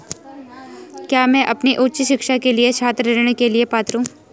क्या मैं अपनी उच्च शिक्षा के लिए छात्र ऋण के लिए पात्र हूँ?